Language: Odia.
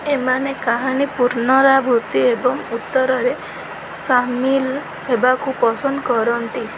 ଏମାନେ କାହାଣୀ ପୁନରାବୃତ୍ତି ଏବଂ ଉତ୍ତରରେ ସାମିଲ ହେବାକୁ ପସନ୍ଦ କରନ୍ତି